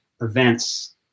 events